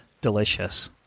delicious